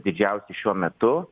didžiausi šiuo metu